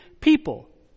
people